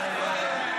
ההצעה